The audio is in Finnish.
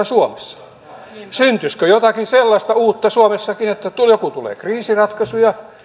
suomessa syntyisikö jotakin sellaista uutta suomessakin että kun tulee kriisiratkaisuja